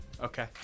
Okay